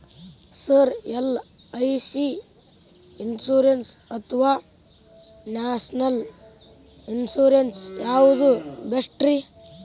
Sir LIC insurance ಅಥವಾ national insurance ಯಾವುದು ಬೆಸ್ಟ್ರಿ?